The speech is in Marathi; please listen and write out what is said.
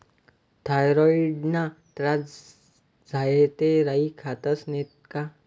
थॉयरॉईडना त्रास झाया ते राई खातस नैत का